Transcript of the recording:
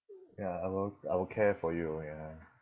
ya I will I will care for you ya